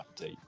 update